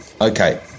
Okay